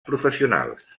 professionals